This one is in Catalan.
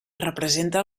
representa